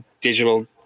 digital